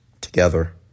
together